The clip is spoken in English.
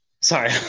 sorry